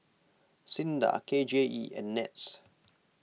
Sinda K J E and NETS